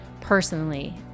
personally